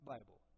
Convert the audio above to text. Bible